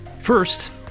First